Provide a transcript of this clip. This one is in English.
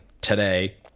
today